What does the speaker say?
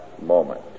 moment